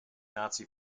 nazi